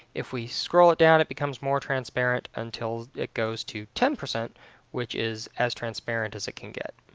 if we scroll it down, it becomes more transparent until it goes to ten percent which is as transparent as it can get.